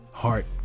Heart